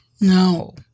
no